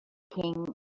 king